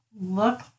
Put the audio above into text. look